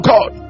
God